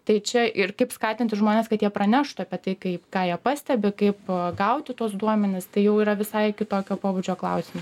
tai čia ir kaip skatinti žmones kad jie praneštų apie tai kai ką jie pastebi kaip gauti tuos duomenis tai jau yra visai kitokio pobūdžio klausimai